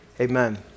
Amen